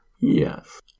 Yes